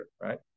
right